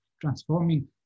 transforming